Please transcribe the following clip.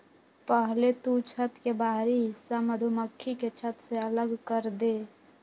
पहले तु छत्त के बाहरी हिस्सा मधुमक्खी के छत्त से अलग करदे